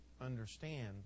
understand